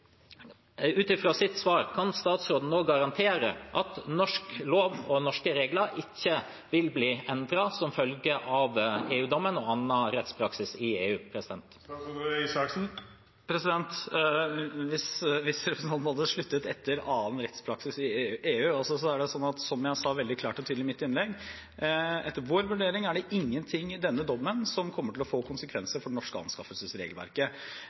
Ut fra sitt svar, kan statsråden nå garantere at norsk lov og norske regler ikke vil bli endret som følge av EU-dommen og annen rettspraksis i EU? Hvis representanten hadde sluttet før «annen rettspraksis i EU» – det er altså slik, som jeg sa veldig klart og tydelig i mitt innlegg, at etter vår vurdering er det ingenting i denne dommen som kommer til å få konsekvenser for det norske anskaffelsesregelverket.